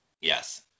Yes